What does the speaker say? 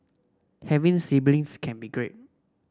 having siblings can be great